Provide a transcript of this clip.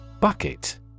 Bucket